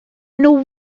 nhw